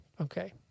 okay